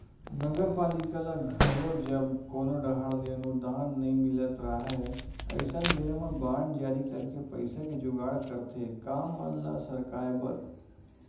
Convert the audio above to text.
नगरपालिका ल घलो जब कोनो डाहर ले अनुदान नई मिलत राहय अइसन बेरा म बांड जारी करके पइसा के जुगाड़ करथे काम मन ल सरकाय बर